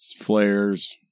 flares